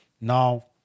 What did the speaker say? Now